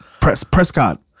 Prescott